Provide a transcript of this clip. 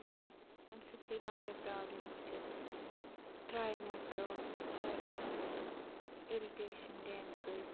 مَطلَب اَمہِ سۭتۍ گٔے واریاہ پرٛابلِم بُتھِس ڈرٛے نیٚس گوٚو ریٚڈنیٚس اِرِٹیشَن گٔے اَمہِ سۭتۍ